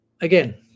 again